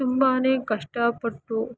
ತುಂಬಾ ಕಷ್ಟಪಟ್ಟು